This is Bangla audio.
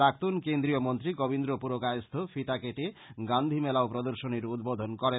প্রাক্তন কেন্দ্রীয় মন্ত্রী কবীন্দ্র পুরকায়স্থ ফিতা কেটে গান্ধী মেলা ও প্রর্দশনীর উদ্বোধন করেন